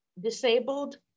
disabled